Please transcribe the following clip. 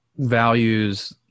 values